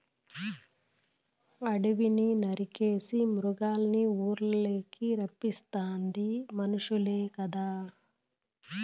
అడివిని నరికేసి మృగాల్నిఊర్లకి రప్పిస్తాది మనుసులే కదా